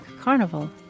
Carnival